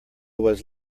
was